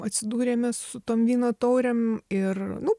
atsidūrėme su tom vyno taurėm ir nu